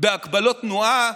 בהגבלות תנועה,